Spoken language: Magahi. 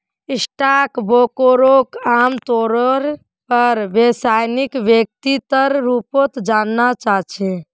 स्टाक ब्रोकरक आमतौरेर पर व्यवसायिक व्यक्तिर रूपत जाना जा छे